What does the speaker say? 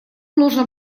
нужно